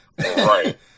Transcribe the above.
right